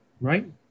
right